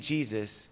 Jesus